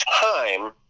time